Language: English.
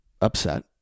upset